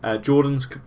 Jordan's